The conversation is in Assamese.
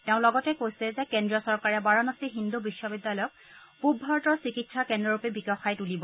তেওঁ লগতে কৈছে যে কেন্দ্ৰীয় চৰকাৰে বাৰাণসী হিন্দু বিশ্ববিদ্যালয়ক পুব ভাৰতৰ চিকিৎসা কেন্দ্ৰৰূপে বিকশাই তুলিব